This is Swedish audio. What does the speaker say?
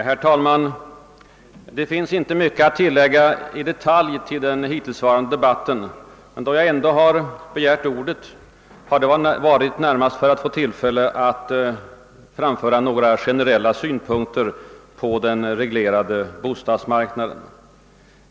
Herr talman! Det finns inte mycket att i detalj lägga till den hittillsvarande debatten, men då jag begärt ordet har jag gjort det närmast för att få tillfälle att framföra några generella synpunkter på den reglerade bostadsmarknaden.